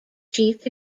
chief